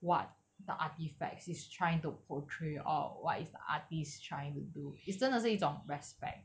what the artifacts is trying to portray or what is the artist trying to do is 真的是一种 respect